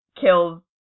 kills